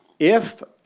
if,